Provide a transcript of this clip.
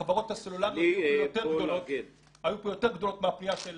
לחברות הסלולריות היו יותר גדולות מהפנייה של